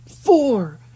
four